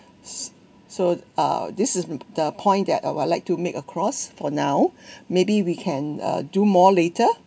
so uh this is this the point that I would like to make across for now maybe we can uh do more later